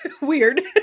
Weird